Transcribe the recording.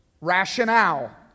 rationale